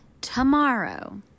tomorrow